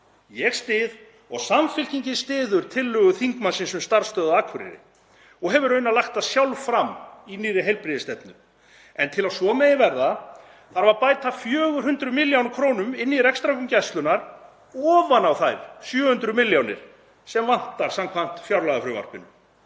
Ég styð og Samfylkingin styður tillögu þingmannsins um starfsstöð á Akureyri og hefur raunar lagt það sjálf fram í nýrri heilbrigðisstefnu. En til að svo megi verða þarf að bæta 400 millj. kr. inn í rekstrargrunn Gæslunnar ofan á þær 700 milljónir sem vantar samkvæmt fjárlagafrumvarpinu.